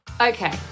Okay